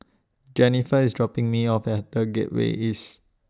Jenniffer IS dropping Me off At The Gateway East